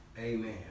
Amen